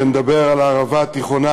ונדבר על הערבה התיכונה,